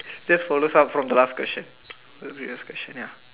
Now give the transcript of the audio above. just follow some from the last question just be last question ya